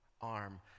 arm